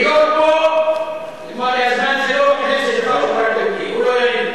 זמנו עבר ב-48'.